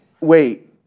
wait